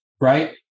right